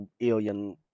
alien